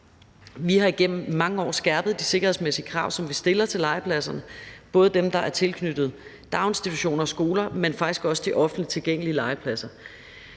Vi har igennem mange år skærpet de sikkerhedsmæssige krav, som vi stiller til legepladserne, både dem, der er tilknyttet daginstitutioner og skoler, men faktisk også de offentligt tilgængelige legepladser.